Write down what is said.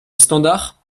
standard